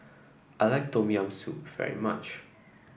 I like Tom Yam Soup very much